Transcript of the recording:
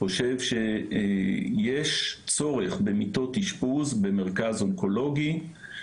חושב שיש צורך במיטות אשפוז במרכז אונקולוגי,